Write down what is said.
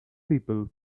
people